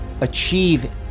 achieve